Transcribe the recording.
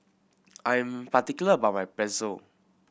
I'm particular about my Pretzel